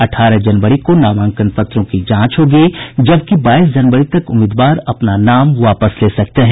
अठारह जनवरी को नामांकन पत्रों की जांच होगी जबकि बाईस जनवरी तक उम्मीदवार अपना नाम वापस ले सकते हैं